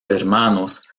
hermanos